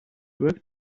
work